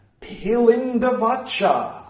Pilindavacha